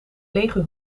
lege